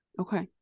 Okay